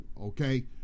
Okay